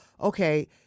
okay